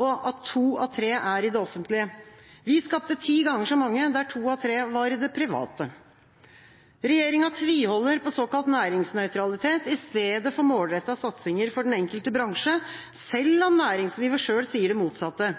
og at to av tre er i det offentlige. Vi skapte ti ganger så mange, og to av tre var i det private. Regjeringa tviholder på såkalt næringsnøytralitet i stedet for målrettede satsinger for den enkelte bransje, selv om næringslivet selv sier det motsatte.